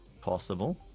possible